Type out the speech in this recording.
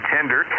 Tender